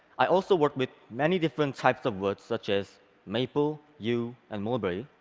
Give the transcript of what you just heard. i also worked with many different types of wood, such as maple, yew and mulberry,